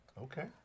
Okay